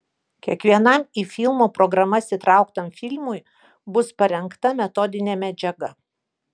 kiekvienam į filmų programas įtrauktam filmui bus parengta metodinė medžiaga